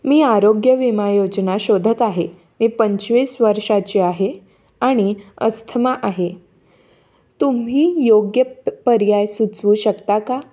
मी आरोग्य विमा योजना शोधत आहे मी पंचवीस वर्षांची आहे आणि अस्थमा आहे तुम्ही योग्य प पर्याय सुचवू शकता का